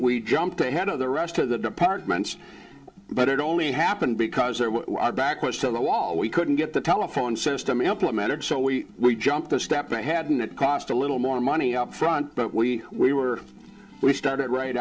we jumped ahead of the rest of the departments but it only happened because there was a back west of the wall we couldn't get the telephone system implemented so we we jumped a step ahead and it cost a little more money upfront but we we were we started right